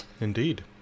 indeed